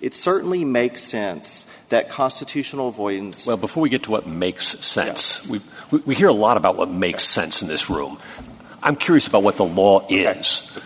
it certainly makes sense that constitutional avoidance well before we get to what makes sense we we hear a lot about what makes sense in this room i'm curious about what the law is yes